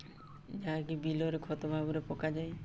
ଯାହାକି ବିଲରେ ଖତ ଭାବରେ ପକାଯାଏ